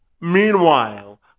Meanwhile